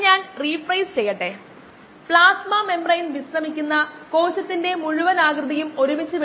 5 gram ആണ്